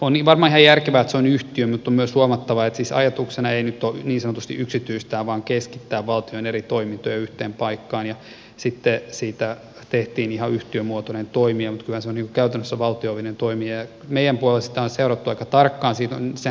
on varmaan ihan järkevää että se on yhtiö mutta on myös huomattava että ajatuksena ei siis nyt ole ollut niin sanotusti yksityistää vaan keskittää valtion eri toimintoja yhteen paikkaan ja sitten siitä tehtiin ihan yhtiömuotoinen toimija mutta kyllähän se on niin kuin käytännössä valtiollinen toimija ja meidän puolella sitä on seurattu aika tarkkaan